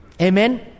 Amen